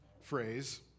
phrase